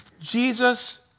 Jesus